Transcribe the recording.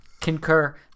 Concur